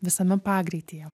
visame pagreityje